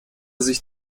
sich